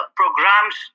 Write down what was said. programs